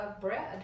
bread